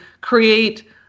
create